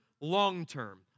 long-term